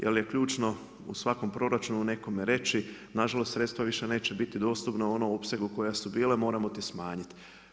Jer je ključno u svakom proračunu nekome reći na žalost sredstva više neće biti dostupna u onom opsegu u kojem su bila, moramo ti smanjiti.